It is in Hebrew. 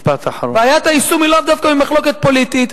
בעיית היישום היא לאו דווקא ממחלוקת פוליטית.